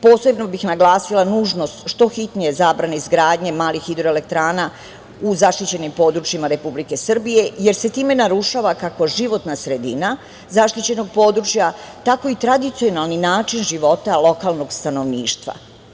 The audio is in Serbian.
Posebno bih naglasila nužnost što hitnije zabrane izgradnje malih hidroelektrana u zaštićenim područjima Republike Srbije, jer se time narušava, kako životna sredina zaštićenog područja, tako i tradicionalni način života lokalnog stanovništva.